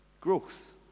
growth